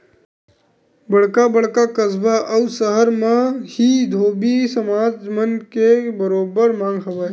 बड़का बड़का कस्बा अउ सहर मन म ही धोबी समाज मन के बरोबर मांग हवय